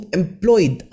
employed